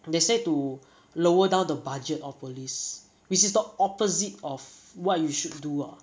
they say to lower down the budget of police which is the opposite of what you should do ah